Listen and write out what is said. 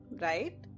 right